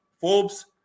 Forbes